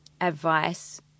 advice